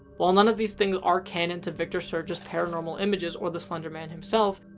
while none of these things are canon to victor surge's paranormal images, or the slender man himself,